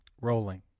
Rolling